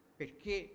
perché